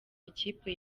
ikipe